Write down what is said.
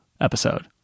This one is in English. episode